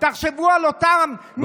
תחשבו על אותן משפחות,